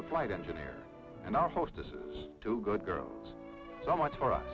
the flight engineer and our hostesses to good girls so much for us